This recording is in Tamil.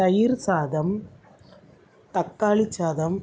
தயிர் சாதம் தக்காளிச் சாதம்